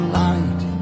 light